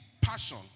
passion